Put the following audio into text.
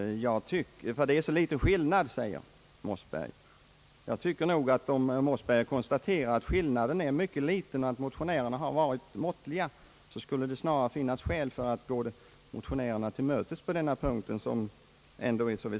Skillnaden är så liten, säger herr Mossberger. Men om herr Mossberger konstaterar att skillnaden är liten och att motionärerna har varit måttliga tycker jag att detta snarare är skäl för än mot.